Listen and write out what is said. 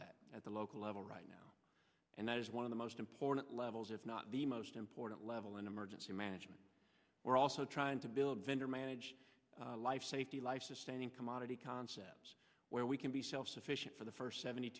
that at the local level right now and that is one of the most important levels if not the most important level in emergency management we're also trying to build vendor managed life safety life sustaining commodity concepts where we can be self sufficient for the first seventy